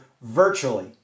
virtually